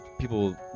people